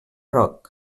rock